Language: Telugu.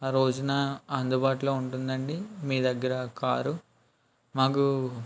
ఆ రోజున అందుబాటులో ఉంటుందండి మీ దగ్గర కారు మాకు